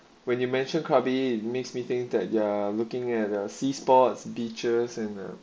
when you mentioned krabi makes me think that they're looking at the sea sports beaches and uh